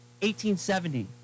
1870